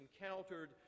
encountered